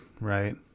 right